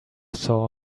sort